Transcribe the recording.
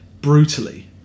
brutally